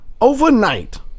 overnight